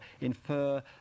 infer